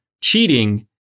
cheating